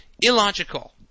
illogical